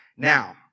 Now